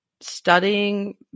studying